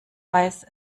weiß